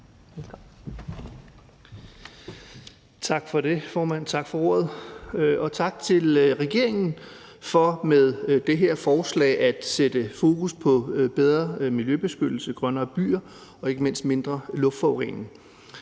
Tak for ordet, formand. Og tak til regeringen for med det her forslag at sætte fokus på bedre miljøbeskyttelse, grønnere byer og ikke mindst mindre luftforurening.